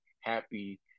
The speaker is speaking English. happy